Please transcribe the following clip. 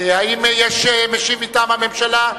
האם יש משיב מטעם הממשלה?